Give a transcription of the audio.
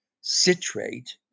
citrate